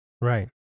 Right